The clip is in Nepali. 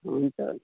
हुन्छ